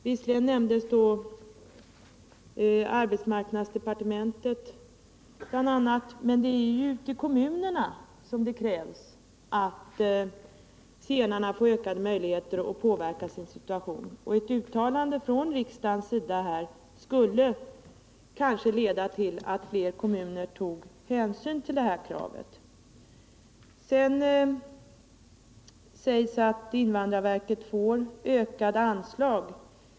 Här nämndes bl.a. den arbetsgrupp som arbetsmarknadsdepartementet har tillsatt, men det är ute i kommunerna som zigenarna måste få ökade möjligheter att påverka sin situation. Ett uttalande från riksdagens sida skulle kanske leda till att fler kommuner tog hänsyn till det här kravet. Sedan sägs det att invandrarverket får ökade anslag.